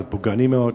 זה פוגעני מאוד.